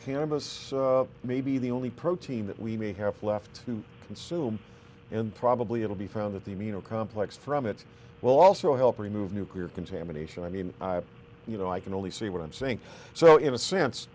cannabis may be the only protein that we may have left to consume and probably it will be found that the amino complex from it will also help remove nuclear contamination i mean you know i can only see what i'm saying so in a sense